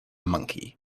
monkey